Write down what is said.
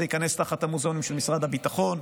ייכנס תחת המוזיאונים של משרד הביטחון.